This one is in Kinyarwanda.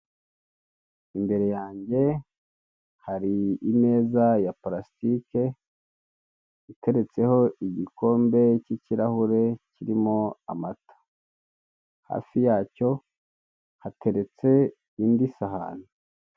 Imbere yanjye hari imeza ya purasitike iteretseho igikombe cy'ikirahure kirimo amata, hafi yacyo hateretse indi isahane.